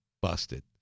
busted